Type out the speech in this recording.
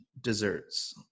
desserts